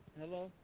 Hello